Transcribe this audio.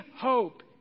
hope